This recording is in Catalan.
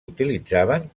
utilitzaven